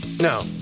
No